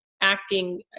acting